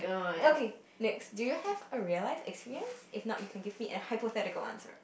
okay next do you have a real life experience if not you can give me a hypothetical answer